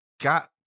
got